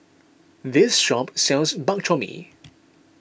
this shop sells Bak Chor Mee